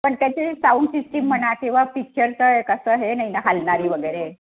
पण त्याची sound system म्हणा किंवा पिक्चरचं एक असं हे नाही ना हलणारी वगैरे